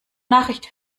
nachricht